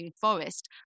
forest